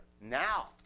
Now